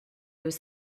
deux